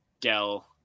Dell